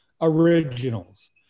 originals